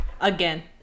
again